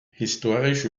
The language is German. historisch